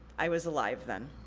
i was alive then.